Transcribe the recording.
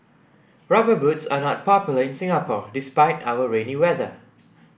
rubber boots are not popular in Singapore despite our rainy weather